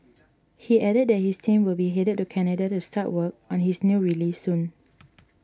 he added that his team will be headed to Canada to start work on his new release soon